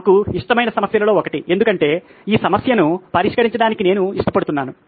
నాకు ఇష్టమైన సమస్యలలో ఒకటి ఎందుకంటే ఈ సమస్యను పరిష్కరించడానికి నేను ఇష్టపడుతున్నాను